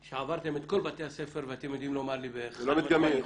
שעברתם את כל בתי הספר ואתם יודעים לומר לי --- הוא לא מדגמי.